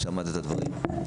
שמעת את הדברים.